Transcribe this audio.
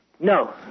No